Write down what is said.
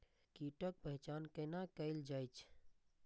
कीटक पहचान कैना कायल जैछ?